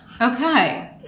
Okay